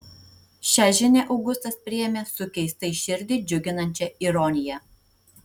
šią žinią augustas priėmė su keistai širdį džiuginančia ironija